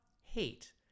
Hate